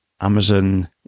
Amazon